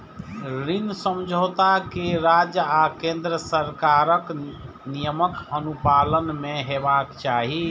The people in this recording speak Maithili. ऋण समझौता कें राज्य आ केंद्र सरकारक नियमक अनुपालन मे हेबाक चाही